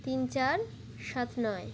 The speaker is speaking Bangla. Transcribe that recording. তিন চার সাত নয়